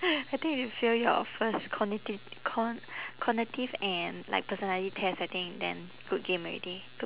I think if you fail your first cognitive cogn~ cognitive and like personality test I think then good game already